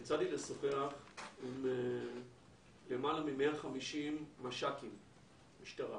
יצא לי לשוחח עם למעלה מ-150 מש"קים במשטרה,